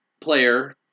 player